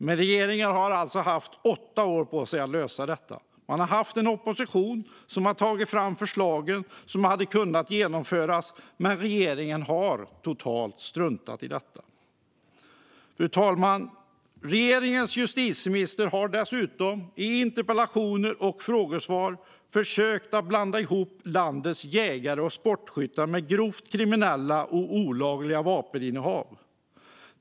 Men regeringen har haft åtta år på sig att lösa detta. Man har haft en opposition som har tagit fram förslag som hade kunnat genomföras, men regeringen har struntat totalt i det. Fru talman! Regeringens justitieminister har dessutom i interpellations och frågesvar försökt likna landets jägare och sportskyttar vid grovt kriminella med olagliga vapeninnehav.